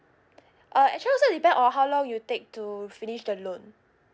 uh actually also depend on how long you take to finish the loan